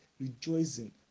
rejoicing